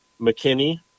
McKinney